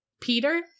Peter